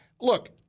look